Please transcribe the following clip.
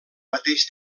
mateix